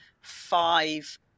five